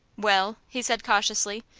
well, he said, cautiously,